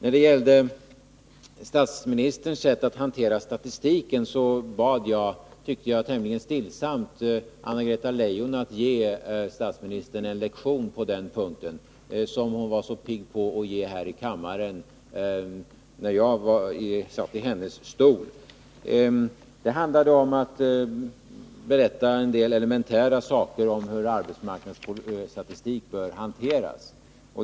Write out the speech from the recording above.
I frågan om statsministerns sätt att hantera statistiken bad jag, tyckte jag, tämligen stillsamt Anna-Greta Leijon att ge honom en lektion på den punkten. Hon var ju pigg på att ge mig sådana lektioner här i kammaren när jag satt på den stol som hon nu sitter på. Det handlar om att redovisa en del elementära fakta om hur arbetsmarknadsstatistik bör hanteras.